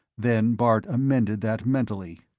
then bart amended that mentally.